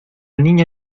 niña